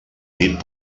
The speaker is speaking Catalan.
nit